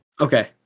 Okay